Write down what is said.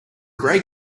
gray